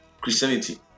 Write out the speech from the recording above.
Christianity